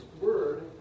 word